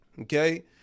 Okay